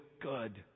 good